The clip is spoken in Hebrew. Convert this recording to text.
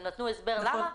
הם נתנו הסבר למה?